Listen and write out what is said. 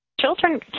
Children